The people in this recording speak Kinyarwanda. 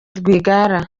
rwigara